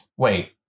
Wait